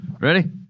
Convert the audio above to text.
Ready